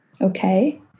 Okay